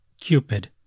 Cupid